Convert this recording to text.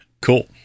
cool